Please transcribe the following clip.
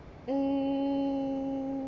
hmm